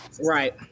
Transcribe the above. Right